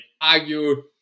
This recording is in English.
argue